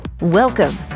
Welcome